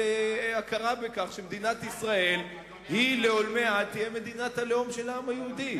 של הכרה בכך שמדינת ישראל תהיה לעולמי עד מדינת הלאום של העם היהודי.